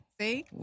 See